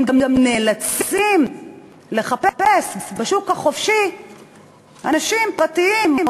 הם גם נאלצים לחפש בשוק החופשי אנשים פרטיים,